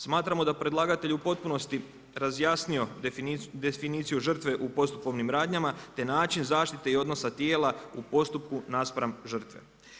Smatramo da je predlagatelj u potpunosti razjasnio definiciju žrtve u postupovnim radnjama te način zaštite i odnosa tijela u postupku naspram žrtve.